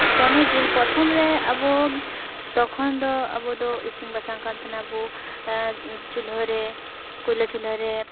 ᱠᱚᱱᱚ ᱡᱤᱱᱤᱥ ᱯᱨᱚᱛᱷᱚᱢ ᱨᱮ ᱟᱵᱚ ᱛᱚᱠᱷᱚᱱ ᱫᱚ ᱟᱵᱚ ᱫᱚ ᱤᱥᱤᱱ ᱵᱟᱥᱟᱝ ᱠᱟᱱ ᱛᱟᱦᱮᱱᱟᱵᱚ ᱪᱩᱞᱦᱟᱹᱨᱮ ᱠᱚᱭᱞᱟ ᱪᱩᱞᱦᱟᱹᱨᱮ